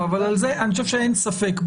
אני חושב שאין ספק,